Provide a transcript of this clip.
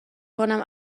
کنم